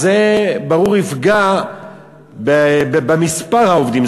אז ברור, זה יפגע במספר העובדים.